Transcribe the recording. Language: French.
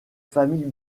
famille